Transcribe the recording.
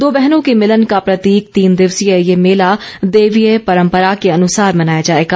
दो बहनों के मिलन का प्रतीक तीन दिवसीय ये मेला देवीय परम्परा के अनुसार मनाया जाएगा